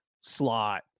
slot